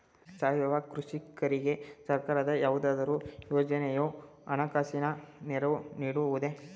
ಸಾವಯವ ಕೃಷಿಕರಿಗೆ ಸರ್ಕಾರದ ಯಾವುದಾದರು ಯೋಜನೆಯು ಹಣಕಾಸಿನ ನೆರವು ನೀಡುವುದೇ?